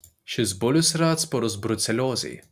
šis bulius yra atsparus bruceliozei